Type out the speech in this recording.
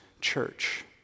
church